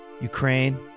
Ukraine